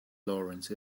laurence